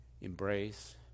embrace